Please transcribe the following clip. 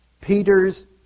Peter's